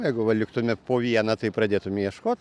jeigu va liktume po vieną tai pradėtum ieškot